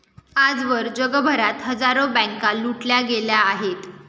आजवर जगभरात हजारो बँका लुटल्या गेल्या आहेत